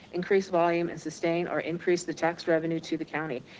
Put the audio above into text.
increase volume and sustain or increase the tax revenue to the county.